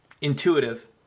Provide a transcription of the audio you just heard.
intuitive